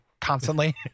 constantly